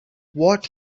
what